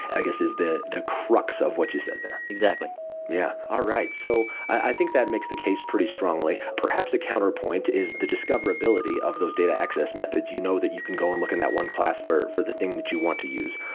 i guess is the the crux of what you said there exactly yeah. all right. so i think that makes the case pretty strongly. perhaps a counterpoint is the discoverability of those data access methods. you know that you can go and look in that one class for for the thing that you want to use.